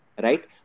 Right